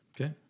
okay